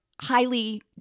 highly